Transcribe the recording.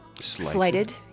slighted